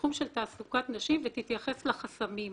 לתחום של תעסוקת נשים ותתייחס לחסמים.